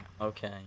okay